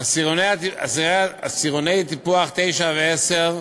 עשירוני טיפוח 9 ו-10,